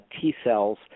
T-cells